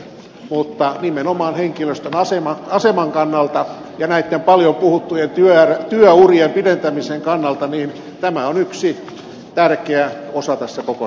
mutta nimenomaan henkilöstön aseman kannalta ja tämän paljon puhutun työurien pidentämisen kannalta tämä on yksi tärkeä osa tässä koko